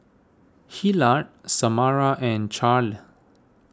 Hillard Samara and Charle